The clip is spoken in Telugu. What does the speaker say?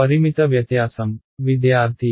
పరిమిత వ్యత్యాసం